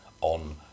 on